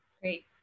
Great